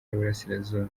y’uburasirazuba